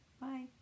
Bye